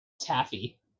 Taffy